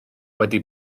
wedi